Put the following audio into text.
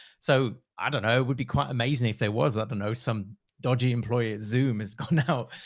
so, i dunno, it would be quite amazing if they was up to know some dodgy employers. zoom has gone now,